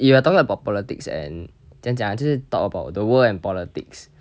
you are talking about politics and 真假就是 talk about the world and politics